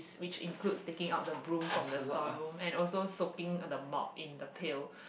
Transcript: which includes picking up the broom from the storeroom and also soaking the mop in the pail